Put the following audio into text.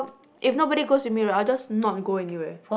if nobody goes with me right I'll just not go anywhere